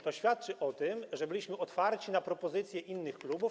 To świadczy o tym, że byliśmy otwarci na propozycje innych klubów.